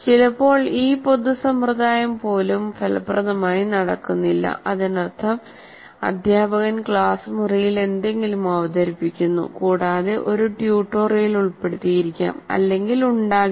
ചിലപ്പോൾ ഈ പൊതു സമ്പ്രദായം പോലും ഫലപ്രദമായി നടക്കുന്നില്ല അതിനർത്ഥം അധ്യാപകൻ ക്ലാസ് മുറിയിൽ എന്തെങ്കിലും അവതരിപ്പിക്കുന്നു കൂടാതെ ഒരു ട്യൂട്ടോറിയൽ ഉൾപ്പെടുത്തിയിരിക്കാം അല്ലെങ്കിൽ ഉണ്ടാകില്ല